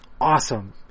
awesome